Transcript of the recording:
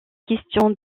questions